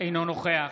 אינו נוכח